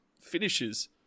finishes